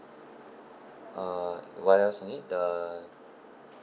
uh what else you need the